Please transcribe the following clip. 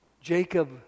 Jacob